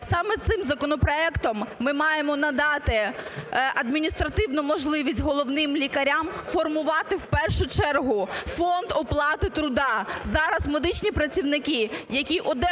Саме цим законопроектом ми маємо надати адміністративну можливість головним лікарям формувати, в першу чергу, фонд оплати труда. Зараз медичні працівники, які одержують